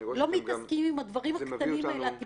מתעסקים עם הדברים הקטנים האלה, הטיפשיים.